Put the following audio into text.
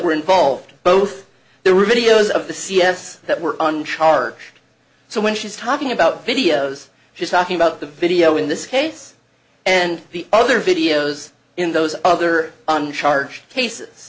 were involved both there were videos of the c s that were unsharp so when she's talking about videos she's talking about the video in this case and the other videos in those other uncharged cases